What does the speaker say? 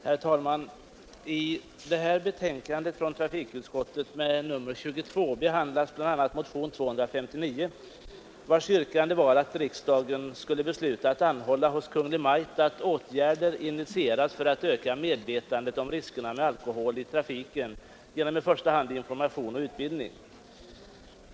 Herr talman! I trafikutskottets betänkande nr 22 behandlas bl.a. motion 259, vars yrkande var att riksdagen skulle besluta att anhålla hos Kungl. Maj:t att åtgärder initieras för att öka medvetandet om riskerna med alkohol i trafiken genom i första hand information och utbildning.